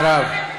מירב.